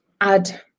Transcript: add